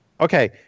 Okay